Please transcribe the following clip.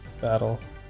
battles